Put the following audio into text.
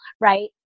right